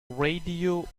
radio